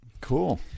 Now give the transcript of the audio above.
Cool